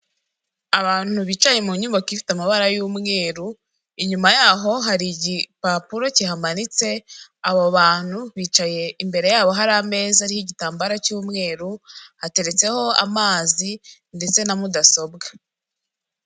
Abantu bicaye mu nyubako ifite amabara y'umweru. Inyuma yabo hari igipapuro kihamanitse. Abo bantu bicaye imbere yabo hari ameza, ariho igitambara cy'umweru hateretseho amazi ndetse na mudasobwa.